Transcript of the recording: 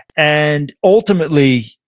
and ultimately,